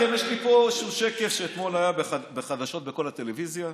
יש לי פה איזשהו שקף שאתמול היה בחדשות בכל הטלוויזיות,